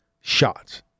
shots